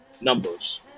numbers